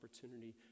opportunity